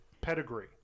pedigree